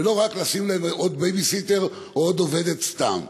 ולא רק לשים להם עוד בייביסיטר או עוד עובדת סתם.